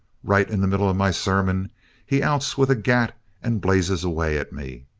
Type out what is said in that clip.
right in the middle of my sermon he outs with a gat and blazes away at me.